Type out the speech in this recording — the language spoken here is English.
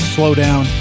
Slowdown